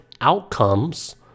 outcomes